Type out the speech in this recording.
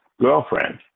girlfriend